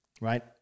right